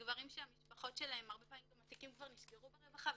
אלה גברים שהתיקים של המשפחות שלהם כבר נסגרו ברווחה,